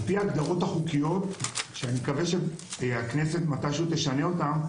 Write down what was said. על פי ההגדרות החוקיות שאני מקווה שהכנסת מתי שהוא תשנה אותן,